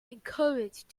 encouraged